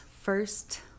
first